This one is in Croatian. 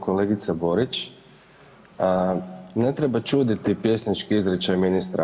Kolegice Borić, ne treba čuditi pjesnički izričaj ministra.